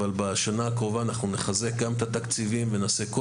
אבל בשנה הקרובה אנחנו נחזק גם את התקציבים ונעשה כל